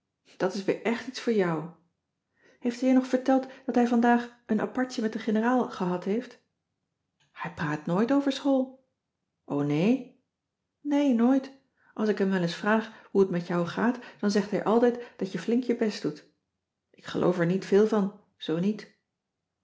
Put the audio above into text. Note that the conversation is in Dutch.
dat is weer echt iets voor jou heeft hij je nog verteld dat hij vandaag een apartje met de generaal gehad heeft hij praat nooit over school o nee nee nooit als ik hem wel eens vraag hoe het met jou gaat dan zegt hij altijd dat je flink je best doet ik geloof er niet veel van zoo niet